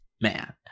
Man